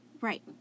Right